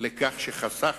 לכך שחסכנו,